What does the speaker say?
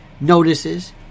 notices